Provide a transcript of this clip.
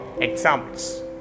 examples